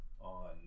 on